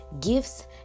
gifts